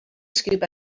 scoop